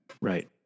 right